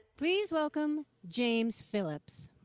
please welcome james phillips.